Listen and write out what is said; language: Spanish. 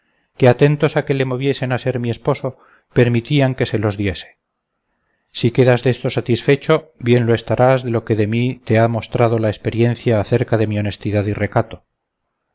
que atentos a que le moviesen a ser mi esposo permitían que se los diese si quedas désto satisfecho bien lo estarás de lo que de mí te ha mostrado la experiencia cerca de mi honestidad y recato